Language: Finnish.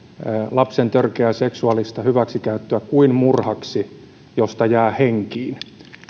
lapsen törkeää seksuaalista hyväksikäyttöä kuin murhaksi josta jää henkiin